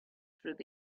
through